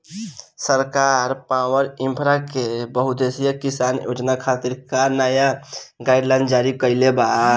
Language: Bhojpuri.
सरकार पॉवरइन्फ्रा के बहुउद्देश्यीय किसान योजना खातिर का का नया गाइडलाइन जारी कइले बा?